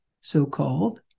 so-called